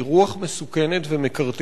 היא רוח מסוכנת ומקארתיסטית